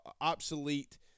obsolete